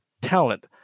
talent